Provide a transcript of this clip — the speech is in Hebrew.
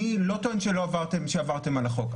אני לא טוען שעברתם על החוק,